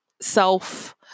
self